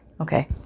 okay